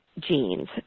genes